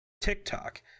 TikTok